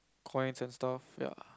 coins and stuff ya